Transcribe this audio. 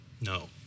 No